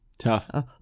tough